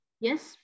yes